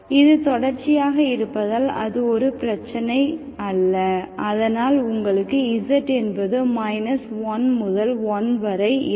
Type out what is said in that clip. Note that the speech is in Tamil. இது தொடர்ச்சியாக இருப்பதால் அது ஒரு பிரச்சினை அல்ல அதனால் உங்களுக்கு z என்பது 1 முதல் 1 வரை இருக்கும்